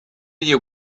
you